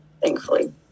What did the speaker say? thankfully